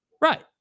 right